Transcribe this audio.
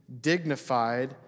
dignified